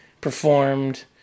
performed